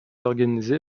organisé